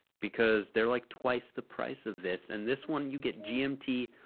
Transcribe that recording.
because they're like twice the price of this. and this one, you get gmt,